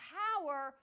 power